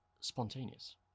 spontaneous